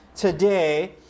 today